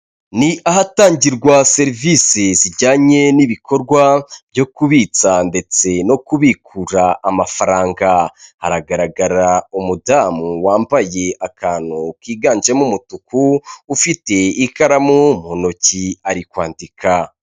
Ni ahatangirwa serivise zijyanye n'ibikorwa byo kubitsa ndetse no kubikura amafaranga. Haragaragara umudamu wambaye akantu kiganjemo umutuku, ufite ikaramu mu ntoki ari kwandika.